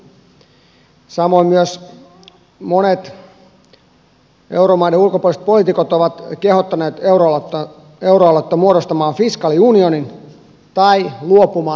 samoin myös monet euromaiden ulkopuoliset poliitikot ovat kehottaneet euroaluetta muodostamaan fiskaaliunionin tai luopumaan eurosta